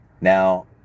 Now